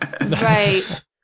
Right